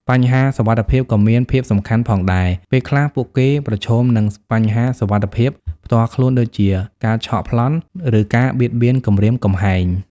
បញ្ហាសុវត្ថិភាពក៏មានភាពសំខាន់ផងដែរ ពេលខ្លះពួកគេប្រឈមនឹងបញ្ហាសុវត្ថិភាពផ្ទាល់ខ្លួនដូចជា ការឆក់ប្លន់ ឬការបៀតបៀនគំរាមគំហែង ។